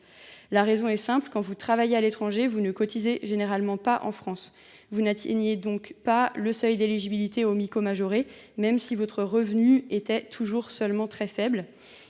La raison est simple : quand vous travaillez à l’étranger, vous ne cotisez généralement pas en France. Vous n’atteignez donc pas le seuil d’éligibilité au Mico majoré, même si votre revenu a toujours été très faible.